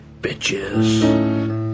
bitches